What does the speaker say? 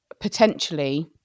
potentially